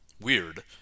weird